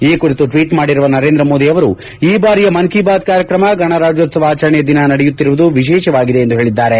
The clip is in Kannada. ಈ ಕುರಿತು ಟ್ವೀಟ್ ಮಾಡಿರುವ ನರೇಂದ್ರ ಮೋದಿ ಅವರು ಈ ಬಾರಿಯ ಮನ್ ಕೀ ಬಾತ್ ಕಾರ್ಯಕ್ರಮ ಗಣರಾಜ್ಊತ್ತವ ಆಚರಣೆಯ ದಿನ ನಡೆಯುತ್ತಿರುವುದು ವಿಶೇಷವಾಗಿದೆ ಎಂದು ಹೇಳಿದ್ದಾರೆ